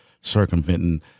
circumventing